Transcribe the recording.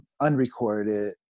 unrecorded